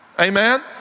amen